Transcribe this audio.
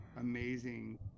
amazing